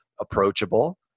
approachable